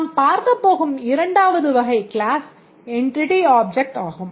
நாம் பார்க்கப் போகும் இரண்டாவது வகை கிளாஸ் Entity Object ஆகும்